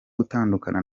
gutandukana